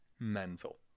mental